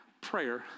Prayer